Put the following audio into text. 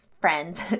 friends